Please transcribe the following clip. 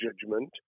judgment